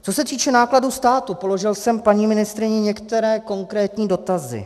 Co se týče nákladů státu, položil jsem paní ministryni některé konkrétní dotazy.